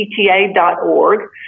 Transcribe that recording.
pta.org